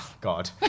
God